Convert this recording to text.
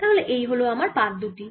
তাহলে এই হল আমার পাত দুটি